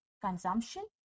consumption